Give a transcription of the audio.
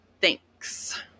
thanks